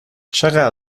چقدر